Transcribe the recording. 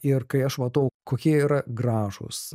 ir kai aš matau kokie yra gražūs